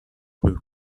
with